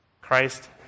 Christ